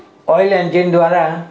oil engine દ્વારા